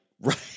Right